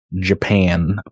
Japan